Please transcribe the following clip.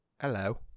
Hello